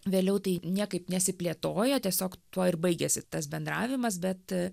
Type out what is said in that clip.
vėliau tai niekaip nesiplėtojo tiesiog tuo ir baigėsi tas bendravimas bet